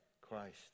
Christ